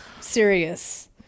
serious